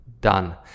done